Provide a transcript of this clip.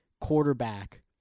quarterback